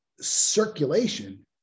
circulation